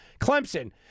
Clemson